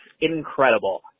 incredible